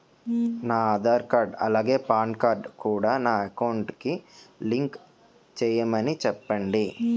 నా ఆధార్ కార్డ్ అలాగే PAN card కూడా నా అకౌంట్ కి లింక్ చేయమని చెప్పండి